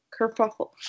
kerfuffle